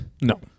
No